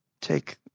take